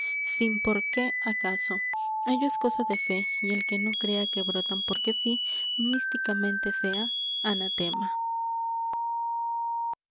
sin porqué acaso ello es cosa de fe y el que no crea que brotan porque sí místicamente sea anatema